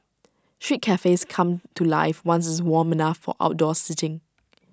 street cafes come to life once IT is warm enough for outdoor seating